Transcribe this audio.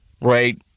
right